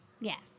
Yes